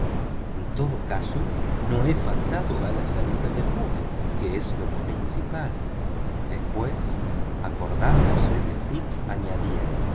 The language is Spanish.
en todo caso no he faltado a la salida del buque que es lo principal y después acordándose de fix añadía